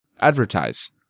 Advertise